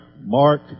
Mark